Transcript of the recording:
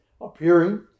appearing